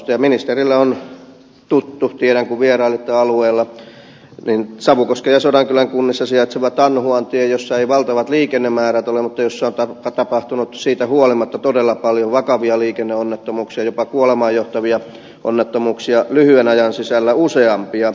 ministerille on tuttu tiedän kun vierailitte alueella savukosken ja sodankylän kunnissa sijaitseva tanhuantie jossa ei valtavia liikennemääriä ole mutta jossa on tapahtunut siitä huolimatta todella paljon vakavia jopa kuolemaan johtavia liikenneonnettomuuksia lyhyen ajan sisällä useampia